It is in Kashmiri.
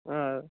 آ